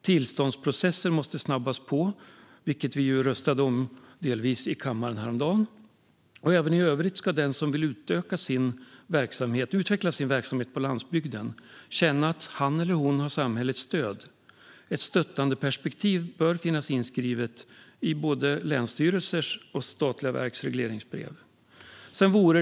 Tillståndsprocesser måste snabbas på, vilket vi röstade om i kammaren häromdagen. Även i övrigt ska den som vill utveckla sin verksamhet på landsbygden känna att han eller hon har samhällets stöd. Ett stöttandeperspektiv bör finnas inskrivet i både länsstyrelsers och statliga verks regleringsbrev.